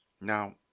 Now